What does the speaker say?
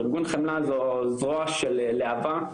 ארגון חמלה זו זרוע של להב"ה,